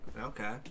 Okay